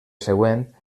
següent